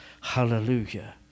Hallelujah